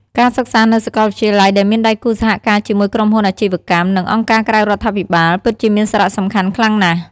ការសិក្សានៅសាកលវិទ្យាល័យដែលមានដៃគូសហការជាមួយក្រុមហ៊ុនអាជីវកម្ម និងអង្គការក្រៅរដ្ឋាភិបាល ពិតជាមានសារៈសំខាន់ខ្លាំងណាស់។